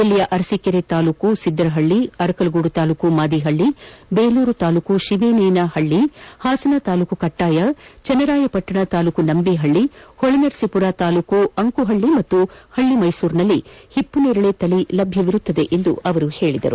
ಜಿಲ್ಲೆಯ ಅರಸೀಕೆರೆ ತಾಲೂಕು ಸಿದ್ದರಪಳ್ಳಿ ಅರಕಲಗೂಡು ತಾಲೂಕು ಮಾದಿಪಳ್ಳಿ ಬೇಲೂರು ತಾಲೂಕು ಶಿವನೇನಹಳ್ಳಿ ಪಾಸನ ತಾಲೂಕು ಕಟ್ಟಾಯ ಚನ್ನರಾಯಪಟ್ಟಣ ತಾಲೂಕು ನಂಬಿಹಳ್ಳಿ ಹೊಳೆನರಸೀಪುರ ತಾಲೂಕು ಅಂಕುಹಳ್ಳಿ ಹಾಗೂ ಹಳ್ಳಿ ಮೈಸೂರಿನಲ್ಲಿ ಹಿಪ್ಪುನೇರಳೆ ತಳಿ ಲಭ್ಯವಿರುತ್ತದೆ ಎಂದು ಅವರು ಹೇಳಿದರು